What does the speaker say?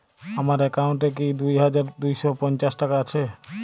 আমার অ্যাকাউন্ট এ কি দুই হাজার দুই শ পঞ্চাশ টাকা আছে?